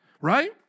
Right